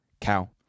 cow